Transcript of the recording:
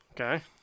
okay